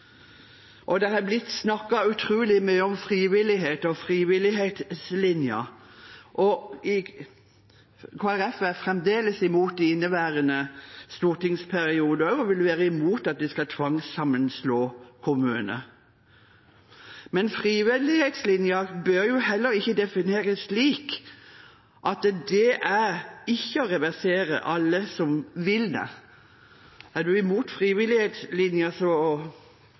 imot. Det har blitt snakket utrolig mye om frivillighet og frivillighetslinjen. Kristelig Folkeparti er også i inneværende stortingsperiode imot og vil være imot at en skal tvangssammenslå kommuner. Men frivillighetslinjen bør heller ikke defineres slik at det er å ikke reversere alle som vil det. Er en imot